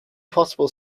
possible